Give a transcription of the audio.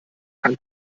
kann